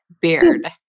beard